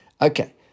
Okay